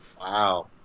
Wow